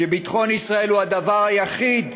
שביטחון ישראל הוא הדבר היחיד,